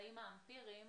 הממצאים האמפיריים,